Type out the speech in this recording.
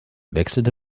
wechselte